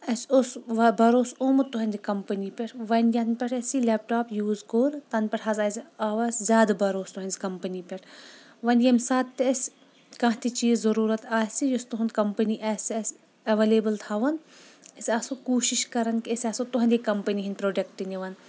اَسہِ اوس و بروسہٕ آمُت تُۂنٛدِ کمپنی پٮ۪ٹھ وۄنۍ یَنہٕ پٮ۪ٹھ اَسہِ یہِ لیپ ٹاپ یوٗز کوٚر تنہٕ پٮ۪ٹھ حظ آو اَسہِ زیٛادٕ بروسہٕ تُہنٛزِ کمپنی پٮ۪ٹھ وۄنۍ ییٚمہِ ساتہٕ تہِ اَسہِ کانٛہہ تہِ چیٖز ضروٗرَت آسہِ یُس تُہُنٛد کمپنی آسہِ اَسہِ اویلیبل تھاوان أسۍ آسو کوٗشِش کران کہِ أسۍ آسو تُہنٛدِ کمپنی ۂنٛدۍ پروڈکٹ نِوان